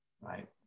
right